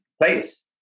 place